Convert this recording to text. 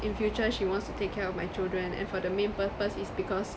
in future she wants to take care of my children and for the main purpose is because